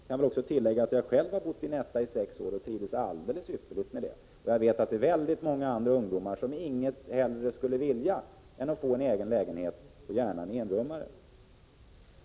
Jag kan också tillägga att jag själv har bott i en ”etta” i sex år och trivdes alldeles ypperligt med det, och jag vet att många ungdomar inget hellre skulle vilja än att få en egen lägenhet, och gärna en enrummare.